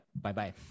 bye-bye